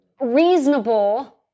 reasonable